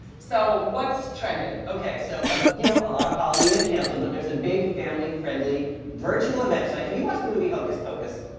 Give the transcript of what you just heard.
so what's trending? okay, so ah you know, a lot of halloween is canceled, but there's a big family-friendly virtual event tonight. have you watched the movie, hocus pocus?